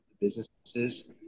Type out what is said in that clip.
businesses